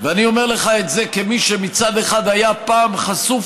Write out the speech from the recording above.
ואני אומר לך את זה כמי שמצד אחד הייתי פעם חשוף